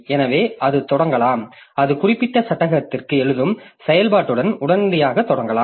எனவே அது தொடங்கலாம் அது குறிப்பிட்ட சட்டகத்திற்கு எழுதும் செயல்பாட்டுடன் உடனடியாக தொடங்கலாம்